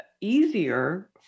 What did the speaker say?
easier